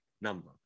number